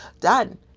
done